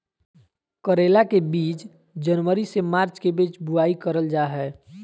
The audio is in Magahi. करेला के बीज जनवरी से मार्च के बीच बुआई करल जा हय